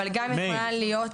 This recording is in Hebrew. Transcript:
אבל גם יכולה להיות,